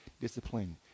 discipline